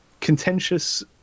contentious